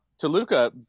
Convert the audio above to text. Toluca